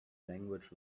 language